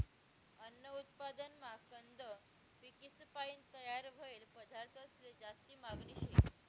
अन्न उत्पादनमा कंद पिकेसपायीन तयार व्हयेल पदार्थंसले जास्ती मागनी शे